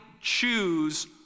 choose